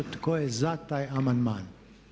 Tko je za taj amandman?